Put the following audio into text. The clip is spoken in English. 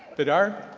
bedar?